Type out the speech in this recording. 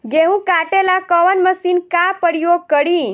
गेहूं काटे ला कवन मशीन का प्रयोग करी?